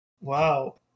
wow